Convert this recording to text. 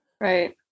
Right